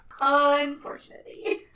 Unfortunately